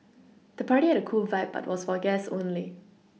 the party had a cool vibe but was for guests only